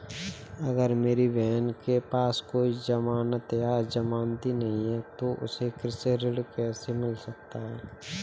अगर मेरी बहन के पास कोई जमानत या जमानती नहीं है तो उसे कृषि ऋण कैसे मिल सकता है?